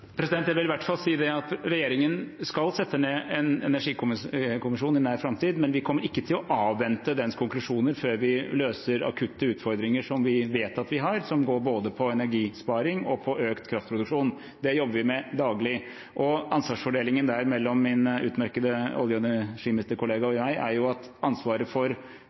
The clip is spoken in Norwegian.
Jeg vil i hvert fall si at regjeringen skal sette ned en energikommisjon i nær framtid, men vi kommer ikke til å avvente dens konklusjoner før vi løser akutte utfordringer som vi vet at vi har, som går både på energisparing og på økt kraftproduksjon. Det jobber vi med daglig. Ansvarsfordelingen der mellom min utmerkede olje- og energiministerkollega og meg er at ansvaret for